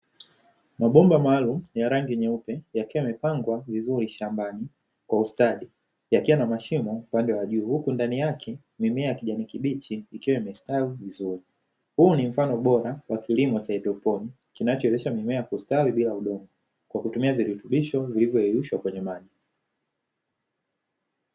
Mabomba maalumu ya rangi nyeupe yakiwa yamepangwa vizuri shambani kwa ustadi yakiwa na mashimo upande wa juu huku ndani yake mimea ya kijani kibichi ikiwa imestawi vizuri. Huu ni mfano bora wa kilimo cha haidroponi kinachowezesha mimea kustawi bila udongo kwa kutumia virutubisho vilivyoyeyushwa kwenye maji.